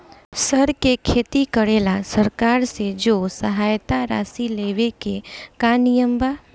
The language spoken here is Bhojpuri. सर के खेती करेला सरकार से जो सहायता राशि लेवे के का नियम बा?